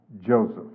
Joseph